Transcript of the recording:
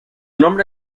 nombre